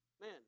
man